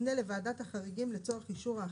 יפנה לוועדת החריגים לצורך אישור ההחלטה,